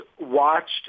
watched